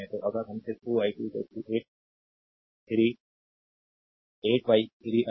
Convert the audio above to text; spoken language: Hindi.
तो अगर हम सिर्फ 2 i2 8 3 8 by 3 i